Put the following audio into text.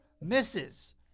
misses